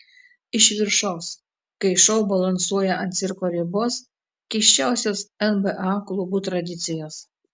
iš viršaus kai šou balansuoja ant cirko ribos keisčiausios nba klubų tradicijos